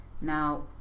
Now